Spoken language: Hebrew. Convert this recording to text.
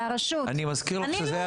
השאלה שנשאלת היא אם הוא יכול